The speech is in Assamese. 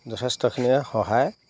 যথেষ্টখিনিয়ে সহায়